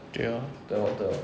okay lor